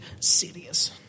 serious